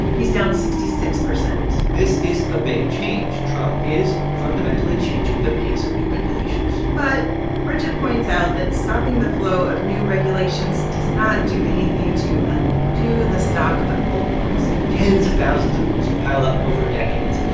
he's down sixty six percent this is a big change. trump is fundamentally changing the pace of new regulations but bridget points out that stopping the flow of new regulations does not do anything to undo the stock of old ones tens of thousands of rules have piled up over decades.